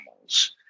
animals